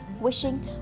Wishing